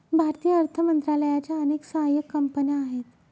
भारतीय अर्थ मंत्रालयाच्या अनेक सहाय्यक कंपन्या आहेत